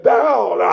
down